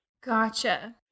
Gotcha